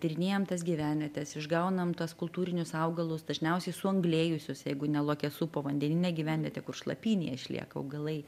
tyrinėjam tas gyvenvietes išgaunam tuos kultūrinius augalus dažniausiai suanglėjusius jeigu ne luokesų povandeninė gyvenvietė kur šlapynėj išlieka augalai